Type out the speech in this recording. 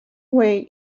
way